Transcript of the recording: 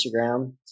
Instagram